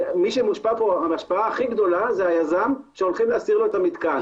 מי שמושפע פה ההשפעה הכי גדולה זה היזם שהולכים להסיר לו את המתקן.